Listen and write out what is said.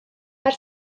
mae